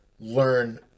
learn